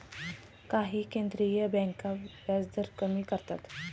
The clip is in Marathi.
काही केंद्रीय बँका व्याजदर कमी करतात